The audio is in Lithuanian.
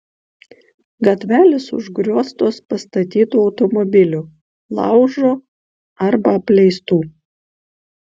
gatvelės užgrioztos pastatytų automobilių laužo arba apleistų